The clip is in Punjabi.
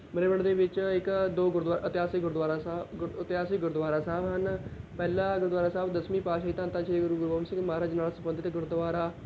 ਮੇਰੇ ਪਿੰਡ ਦੇ ਵਿੱਚ ਇੱਕ ਦੋ ਗੁਰਦੁਆਰਾ ਇਤਿਹਾਸਿਕ ਗੁਰਦੁਆਰਾ ਸਾਹਿਬ ਗੁਰ ਇਤਿਹਾਸਿਕ ਗੁਰਦੁਆਰਾ ਸਾਹਿਬ ਹਨ ਪਹਿਲਾ ਗੁਰਦੁਆਰਾ ਸਾਹਿਬ ਦਸਵੀਂ ਪਾਤਸ਼ਾਹੀ ਧੰਨ ਧੰਨ ਸ਼੍ਰੀ ਗੁਰੂ ਗੋਬਿੰਦ ਸਿੰਘ ਮਹਾਰਾਜ ਜੀ ਨਾਲ ਸੰਬੰਧਿਤ ਗੁਰਦੁਆਰਾ